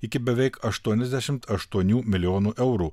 iki beveik aštuoniasdešimt aštuonių milijonų eurų